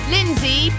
Lindsay